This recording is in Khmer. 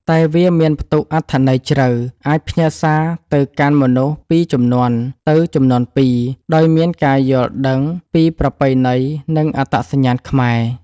តែវាមាន ផ្ទុកអត្ថន័យជ្រៅ អាចផ្ញើសារទៅកាន់មនុស្សពីជំនាន់ទៅជំនាន់ពីរដោយមានការយល់ដឹងពីប្រពៃណី និងអត្តសញ្ញាណខ្មែរ។